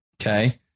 Okay